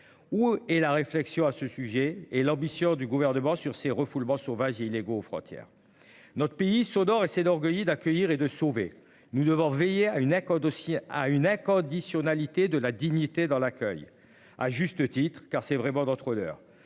Où est la réflexion à ce sujet et l'ambition du gouvernement sur ces refoulements sauvages illégaux aux frontières notre pays sonore et c'est d'orgueil et d'accueillir et de sauver. Nous devons veiller à une éco-dossier à une inconditionnalité de la dignité dans l'accueil à juste titre car c'est vraiment d'autres odeurs.